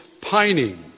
Pining